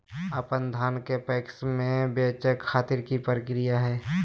अपन धान के पैक्स मैं बेचे खातिर की प्रक्रिया हय?